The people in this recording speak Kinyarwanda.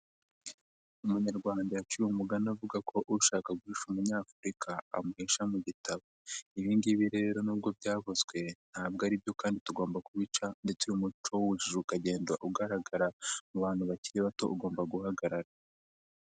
Umunyarwanda yaciye umugani avuga ko ushaka guhisha umunyafurika amuhisha mu gitabo. Ibi ngibi rero nubwo byavuzwe, ntabwo aribyo kandi tugomba kubica ndetse uyu umuco w'ubujiji ukagenda ugaragara mu bantu bakiri bato, ugomba guhagarara.